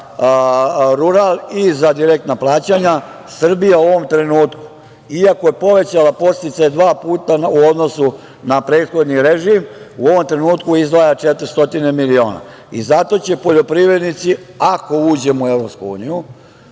i za direktna plaćanja. Srbija u ovom trenutku, iako je povećala podsticaje dva puta u odnosu na prethodni režim, izdvaja 400 miliona. I zato će poljoprivrednici, ako uđemo u EU,